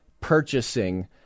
purchasing